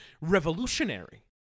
revolutionary